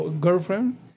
girlfriend